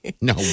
No